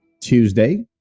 Tuesday